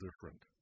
different